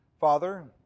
Father